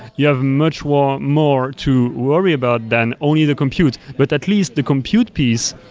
you have much more more to worry about than only the compute. but at least the compute piece,